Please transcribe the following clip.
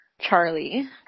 charlie